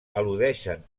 al·ludeixen